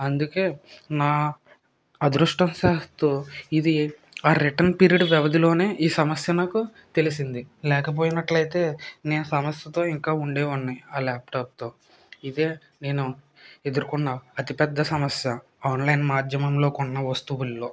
అందుకే నా అదృష్టం శాతు ఇది ఆ రిటర్న్ పీరియడ్ వ్యవధిలోనే ఈ సమస్య నాకు తెలిసింది లేకపోయినట్లయితే నేను సమస్యతో ఇంకా ఉండేవాడిని ఆ ల్యాప్టాప్తో ఇదే నేను ఎదుర్కొన్న అతిపెద్ద సమస్య ఆన్లైన్ మాధ్యమంలో కొన్న వస్తువుల్లో